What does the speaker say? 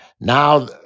Now